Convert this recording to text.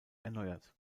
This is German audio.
erneuert